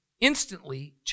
instantly